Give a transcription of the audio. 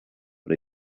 but